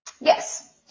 Yes